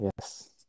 yes